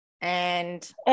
And-